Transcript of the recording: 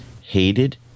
hated